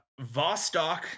Vostok